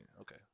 Okay